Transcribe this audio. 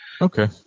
Okay